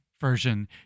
version